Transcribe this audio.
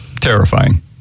Terrifying